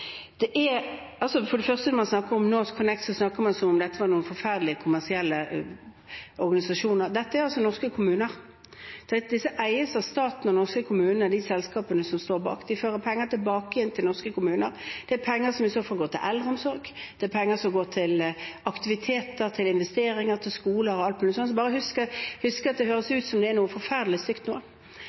når man snakker om NorthConnect, snakker man som om dette er noen forferdelige kommersielle organisasjoner. Dette er altså norske kommuner. De eies av staten og norske kommuner, de selskapene som står bak. De fører penger tilbake igjen til norske kommuner. Det er penger som i så fall går til eldreomsorg, det er penger som går til aktiviteter, til investeringer, til skoler og alt mulig slikt. Så man må bare huske det når det høres ut som det er noe forferdelig stygt noe.